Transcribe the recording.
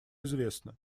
известна